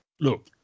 Look